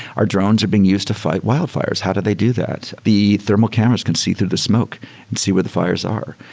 our drones are being used to fight wildfires. how do they do that? the thermo cameras can see through the smoke and see where the fires are.